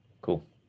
cool